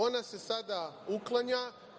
Ona se sada uklanja.